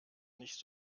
nicht